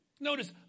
Notice